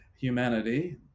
Humanity